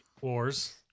Wars